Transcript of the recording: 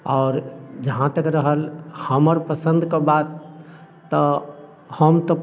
आओर जहाँ तक रहल हमर पसंदके बात तऽ हम तऽ